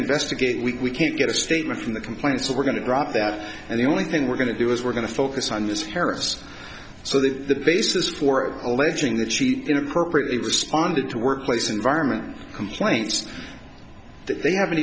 investigate we can't get a statement from the complaint so we're going to drop that and the only thing we're going to do is we're going to focus on this ferrous so that the basis for alleging that she'd been appropriately responded to workplace environment complaints that they haven't